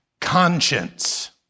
conscience